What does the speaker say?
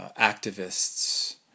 activists